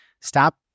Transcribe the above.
stop